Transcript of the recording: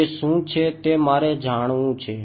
તે શું છે તે મારે જાણવું છે